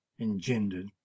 engendered